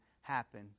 happen